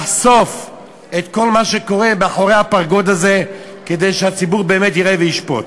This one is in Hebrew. לחשוף את כל מה שקורה מאחורי הפרגוד הזה כדי שהציבור באמת יראה וישפוט.